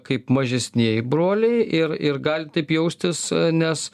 kaip mažesnieji broliai ir ir gali taip jaustis nes